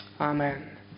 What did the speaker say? Amen